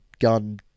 gun